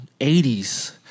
80s